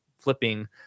flipping